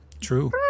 True